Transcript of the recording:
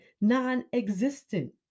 non-existent